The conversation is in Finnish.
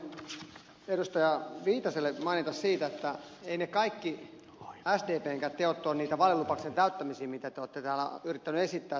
haluaisin edustaja viitaselle mainita siitä että eivät ne kaikki sdpnkään teot ole niin vaalilupauksen täyttämisiä mitä te olette täällä yrittäneet esittää